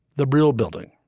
the brill building.